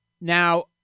Now